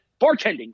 bartending